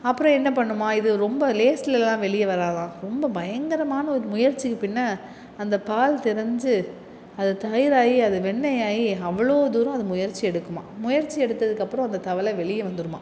அப்புறம் என்ன பண்ணுமா இது ரொம்ப லேஸ்லல்லாம் வெளிய வராதாம் ரொம்ப பயங்கரமான ஒரு முயற்சிக்கு பின்னே அந்த பால் திரிஞ்சு அது தயிராயி அது வெண்ணெய் ஆயி அவ்வளோ தூரம் அது முயற்சி எடுக்குமாம் முயற்சி எடுத்துக்கப்புறம் அந்த தவளை வெளிய வந்துருமாம்